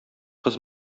кыз